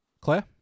Claire